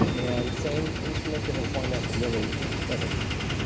and same instrument, different formats, really doesn't happen.